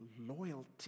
loyalty